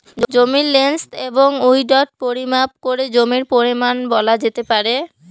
জমির লেন্থ এবং উইড্থ পরিমাপ করে জমির পরিমান বলা যেতে পারে